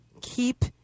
keep